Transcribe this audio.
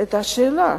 את השאלה: